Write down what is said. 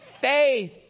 faith